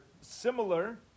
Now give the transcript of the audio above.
similar